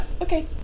Okay